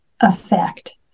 effect